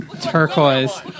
Turquoise